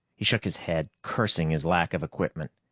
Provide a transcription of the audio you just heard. he shook his head, cursing his lack of equipment.